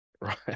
Right